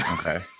Okay